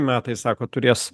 metai sakot turės